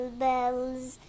bell's